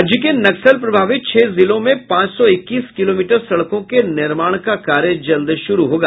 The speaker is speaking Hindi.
राज्य के नक्सल प्रभावित छह जिलों में पांच सौ इक्कीस किलोमीटर सड़कों के निर्माण का कार्य जल्द शुरू होगा